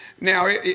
Now